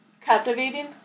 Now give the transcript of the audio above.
Captivating